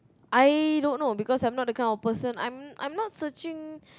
I don't know because I'm not the kind of person I'm I'm not searching